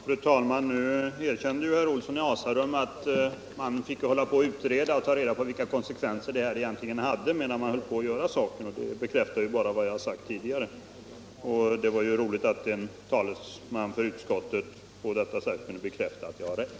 Fru talman! Nu erkände herr Olsson i Asarum att man, medan man håller på med arbetena, får lov att utreda vilka konsekvenser detta egentligen har. Det bekräftar bara vad jag tidigare sagt. Det var roligt att en talesman för utskottet på detta sätt kunde bekräfta att jag har rätt.